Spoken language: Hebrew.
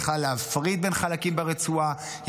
היא יכלה להפריד בין חלקים ברצועה,